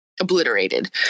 obliterated